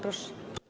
Proszę.